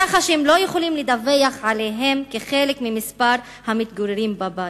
כך שהם לא יכולים לדווח עליהם כחלק ממספר המתגוררים בבית.